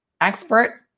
expert